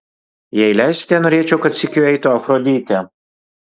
jei leisite norėčiau kad sykiu eitų afroditė